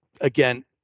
Again